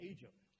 Egypt